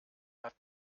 hat